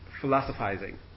philosophizing